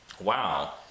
wow